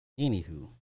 Anywho